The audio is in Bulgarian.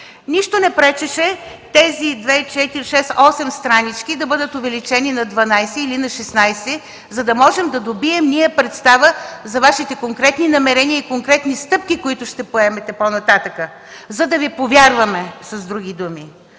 Нищо не пречеше тези 8 странички да бъдат увеличени на 12 или 16, за да можем да добием представа за Вашите конкретни намерения и стъпки, които ще поемете по-нататък, за да Ви повярваме. Но както